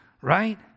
right